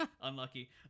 unlucky